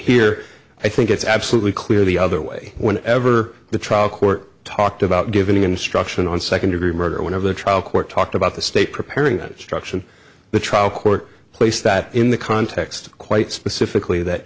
here i think it's absolutely clear the other way when ever the trial court talked about giving instruction on second degree murder one of the trial court talked about the state preparing a destruction the trial court place that in the context of quite specifically